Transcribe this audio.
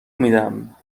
میدم